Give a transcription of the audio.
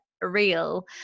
real